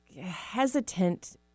hesitant